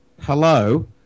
hello